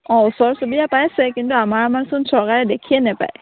অঁ ওচৰ চুবুৰীয়া পাইছে কিন্তু আমাৰ আমাৰচোন চৰকাৰে দেখিয়ে নাপায়